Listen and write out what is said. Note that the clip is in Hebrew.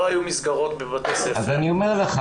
לא היו מסגרות אז אני אומר לך